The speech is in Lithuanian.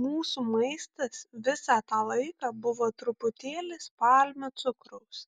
mūsų maistas visą tą laiką buvo truputėlis palmių cukraus